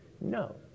No